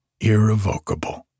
irrevocable